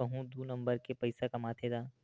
कहूं दू नंबर के पइसा कमाथे ता